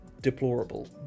deplorable